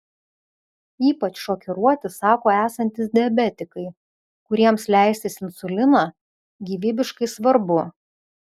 ypač šokiruoti sako esantys diabetikai kuriems leistis insuliną gyvybiškai svarbu